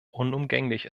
unumgänglich